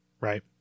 right